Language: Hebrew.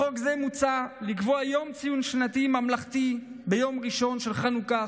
בחוק זה מוצע לקבוע יום ציון שנתי ממלכתי ביום ראשון של חג החנוכה,